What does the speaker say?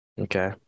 Okay